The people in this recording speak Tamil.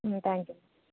ம் தேங்க்யூ